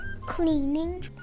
cleaning